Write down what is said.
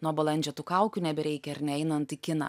nuo balandžio tų kaukių nebereikia ar ne einant į kiną